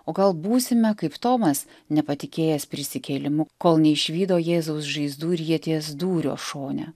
o gal būsime kaip tomas nepatikėjęs prisikėlimu kol neišvydo jėzaus žaizdų ir ieties dūrio šone